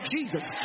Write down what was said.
Jesus